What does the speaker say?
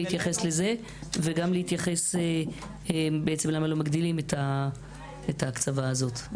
להתייחס גם לזה וגם להתייחס לשאלה למה לא מגדילים את ההקצבה הזאת.